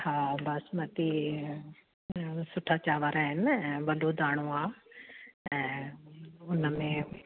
हा बासमती सुठा चांवर आहिनि ऐं वॾो दाणो आहे ऐं हुन में